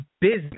business